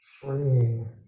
freeing